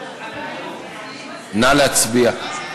נא להצביע.